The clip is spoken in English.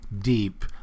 deep